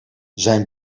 zijn